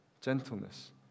gentleness